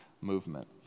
movement